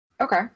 Okay